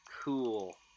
Cool